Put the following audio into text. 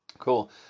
cool